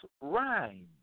rhyme